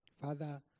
Father